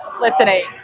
listening